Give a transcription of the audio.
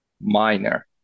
minor